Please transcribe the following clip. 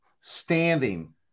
standing